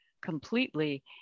completely